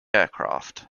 aircraft